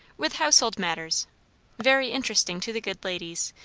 with household matters very interesting to the good ladies,